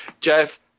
Jeff